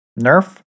nerf